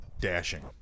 Dashing